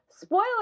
Spoiler